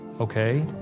okay